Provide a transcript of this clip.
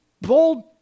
bold